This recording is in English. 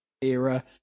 era